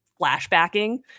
flashbacking